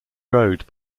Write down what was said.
road